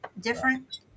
different